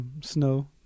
snow